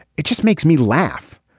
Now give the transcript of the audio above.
it just makes me laugh.